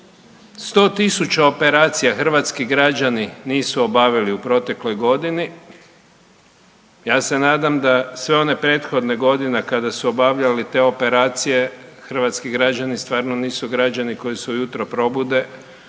100 tisuća operacija hrvatski građani nisu obavili u protekloj godini. Ja se nadam da sve one prethodne godine kada su obavljali te operacije hrvatski građani stvarno nisu građani koji se ujutro probude,